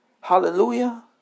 Hallelujah